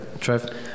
Trev